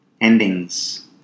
endings